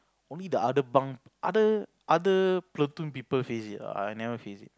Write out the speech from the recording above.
only the other bunk other other platoon people face it ah I never face it